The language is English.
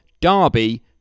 Derby